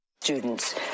Students